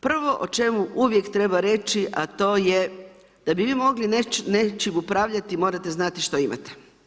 Prvo o čemu uvijek treba reći, a to je da bi vi mogli nečim upravljati, morate znati što imate.